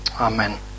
Amen